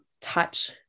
touch